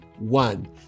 One